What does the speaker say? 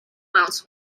mount